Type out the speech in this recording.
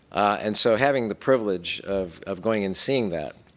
and so having the privilege of of going and seeing that,